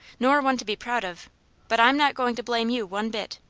nor one to be proud of but i'm not going to blame you one bit.